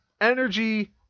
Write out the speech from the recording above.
energy